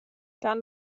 kann